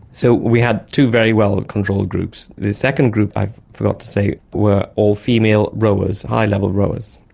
so we had two very well controlled groups. the second group, i forgot to say, were all female rowers, high level rowers.